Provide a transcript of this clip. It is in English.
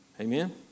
Amen